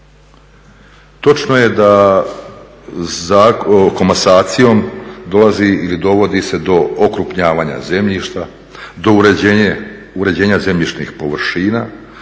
Točno je da komasacijom dolazi ili dovodi se do okrupnjavanja zemljišta, do uređenja zemljišnih površina,